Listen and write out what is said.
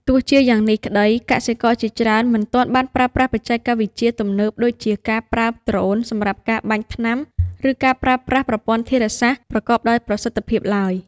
ទោះជាយ៉ាងនេះក្តី កសិករជាច្រើនមិនទាន់បានប្រើប្រាស់បច្ចេកវិទ្យាទំនើបដូចជាការប្រើដ្រូនសម្រាប់ការបាញ់ថ្នាំឬការប្រើប្រាស់ប្រព័ន្ធធារាសាស្ត្រប្រកបដោយប្រសិទ្ធភាពឡើយ។